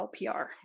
LPR